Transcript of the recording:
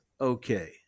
Okay